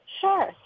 Sure